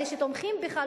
אלה שתומכים בך,